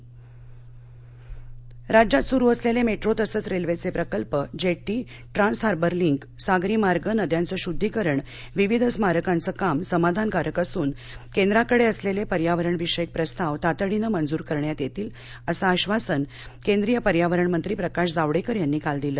जावडेकर राज्यात सुरु असलेले मेट्रो तसंच रेल्वेचे प्रकल्प जेट्टी ट्रान्सहार्वर लिंक सागरी मार्ग नद्यांचं शुद्धीकरण विविध स्मारकांचं काम समाधानकारक असून केंद्राकडे असलेले पर्यावरणविषयक प्रस्ताव तातडीनं मंजूर करण्यात येतील असं आश्वासन केंद्रीय पर्यावरणमंत्री प्रकाश जावडेकर यांनी काल दिलं